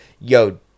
Yo